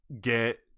get